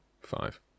five